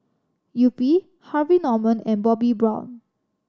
Yupi Harvey Norman and Bobbi Brown